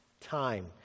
Time